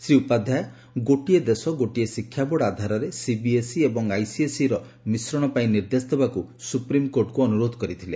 ଶ୍ରୀ ଉପାଧ୍ୟାୟ ଗୋଟିଏ ଦେଶ ଗୋଟିଏ ଶିକ୍ଷା ବୋର୍ଡ ଆଧାରରେ ସିବିଏସ୍ଇ ଏବଂ ଆଇସିଏସ୍ଇର ମିଶ୍ରଣ ପାଇଁ ନିର୍ଦ୍ଦେଶ ଦେବାକୁ ସୁପ୍ରିମକୋର୍ଟଙ୍କୁ ଅନୁରୋଧ କରିଥିଲେ